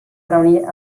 reunir